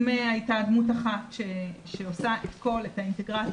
אם הייתה דמות אחת שעושה את האינטגרציה,